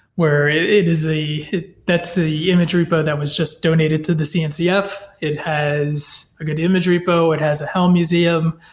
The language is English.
where it is a that's the image repo that was just donated to the cncf. it has a good image repo, it has a hell museum,